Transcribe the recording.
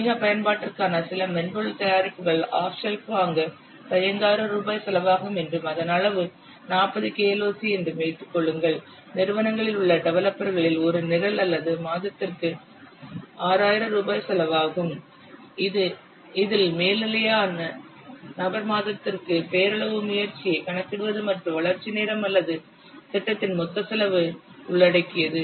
வணிக பயன்பாட்டிற்கான சில மென்பொருள் தயாரிப்புகள் ஆஃப் ஷெல்ஃப் வாங்க 15000 ரூபாய் செலவாகும் என்றும் அதன் அளவு 40 KLOC என்றும் வைத்துக் கொள்ளுங்கள் நிறுவனங்களில் உள்ள டெவலப்பர்களில் ஒரு நிரல் அல்லது மாதத்திற்கு 6000 ரூபாய் செலவாகும் இதில் மேல்நிலைகளான நபர் மாதத்திற்கு பெயரளவு முயற்சியைக் கணக்கிடுவது மற்றும் வளர்ச்சி நேரம் மற்றும் திட்டத்தின் மொத்த செலவு உள்ளடக்கியது